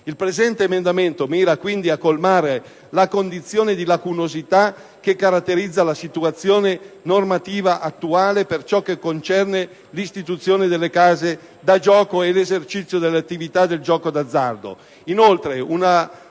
L'emendamento 2.0.600 mira, quindi, a colmare la condizione di lacunosità che caratterizza la situazione normativa attuale per ciò che concerne l'istituzione delle case da gioco e l'esercizio dell'attività del gioco d'azzardo.